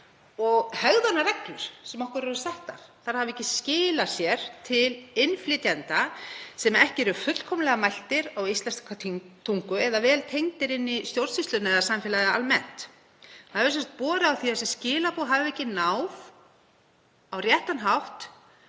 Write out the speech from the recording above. og hegðunarreglur sem okkur eru settar hafa ekki skilað sér til innflytjenda sem ekki eru fullkomlega mæltir á íslenska tungu eða vel tengdir inn í stjórnsýsluna eða samfélagið almennt. Það hefur borið á því að þessi skilaboð hafi ekki náð á réttan hátt